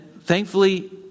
thankfully